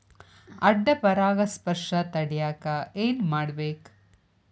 ಅಡ್ಡ ಪರಾಗಸ್ಪರ್ಶ ತಡ್ಯಾಕ ಏನ್ ಮಾಡ್ಬೇಕ್?